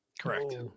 correct